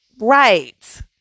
Right